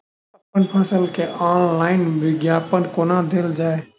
अप्पन फसल केँ ऑनलाइन विज्ञापन कोना देल जाए?